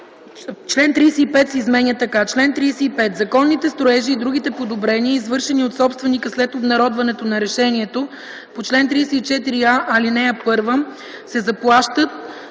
Член 35 се изменя така: „Чл. 35. Законните строежи и другите подобрения, извършени от собственика след обнародването на решението по чл. 34а, ал. 1, се заплащат